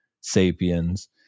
sapiens